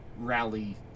rally